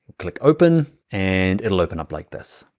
click open, and it'll open up like this.